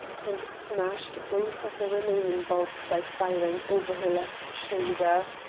and smashed both of the remaining bulbs by firing over her left shoulder.